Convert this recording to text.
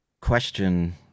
question